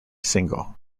single